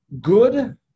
Good